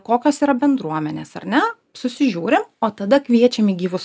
kokios yra bendruomenės ar ne susižiūri o tada kviečiam į gyvus